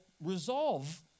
resolve